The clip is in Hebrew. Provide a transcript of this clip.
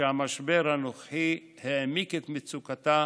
שהמשבר הנוכחי העמיק את מצוקתה,